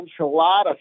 enchilada